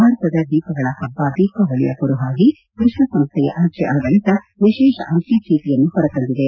ಭಾರತದ ದೀಪಗಳ ಹಬ್ಬ ದೀಪಾವಳಿಯ ಕುರುಹಾಗಿ ವಿಶ್ವಸಂಸ್ಥೆಯ ಅಂಜೆ ಆಡಳಿತ ವಿಶೇಷ ಅಂಜೆ ಚೀಟಿಯನ್ನು ಹೊರತಂದಿದೆ